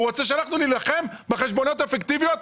הוא רוצה שאנחנו נילחם בחשבוניות הפיקטיביות,